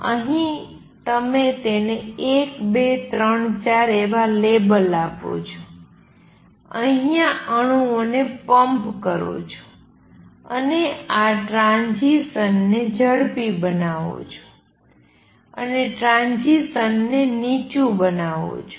તમે અહીં તેને ૧૨૩૪ એવા લેબલ આપો છો અહીંયા અણુઓ ને પંપકરો છો અને આ ટ્રાંઝીસનને ઝડપી બનાવો છો અને ટ્રાંઝીસનને નીચું બનાવો છો